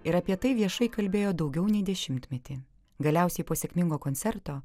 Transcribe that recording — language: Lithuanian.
ir apie tai viešai kalbėjo daugiau nei dešimtmetį galiausiai po sėkmingo koncerto